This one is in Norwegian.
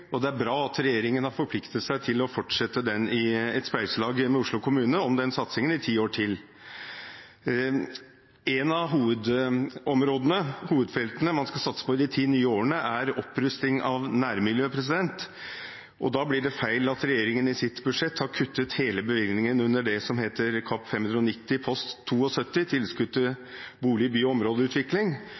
utvikling. Det er bra at regjeringen har forpliktet seg til – i et spleiselag med Oslo kommune – å fortsette den satsingen i ti år til. Ett av hovedområdene, hovedfeltene, man skal satse på i de ti nye årene, er opprusting av nærmiljøet. Da blir det feil at regjeringen i sitt budsjettforslag har kuttet hele bevilgningen under det som heter Kap. 590 post 72 Tilskudd til bolig-, by- og områdeutvikling.